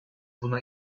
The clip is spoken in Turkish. buna